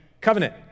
covenant